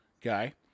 guy